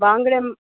बांगडे